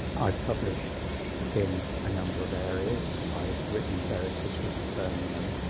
i've published in a number of areas. i've written various histories of birmingham.